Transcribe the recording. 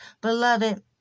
Beloved